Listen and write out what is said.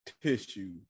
tissue